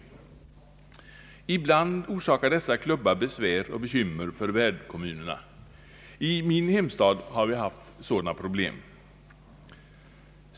Ibland orsakar dessa klubbar besvär och bekymmer för värdkommunerna. I min hemstad har vi haft sådana problem.